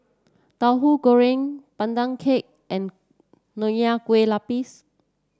Tahu Goreng Pandan Cake and Nonya Kueh Lapis